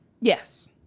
Yes